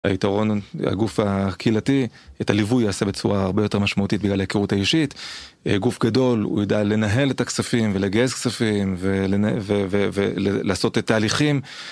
היתרון הגוף הקהילתי, את הליווי יעשה בצורה הרבה יותר משמעותית בגלל ההיכרות האישית. גוף גדול, הוא יודע לנהל את הכספים ולגייס כספים ולעשות את ההליכים